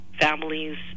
families